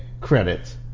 credit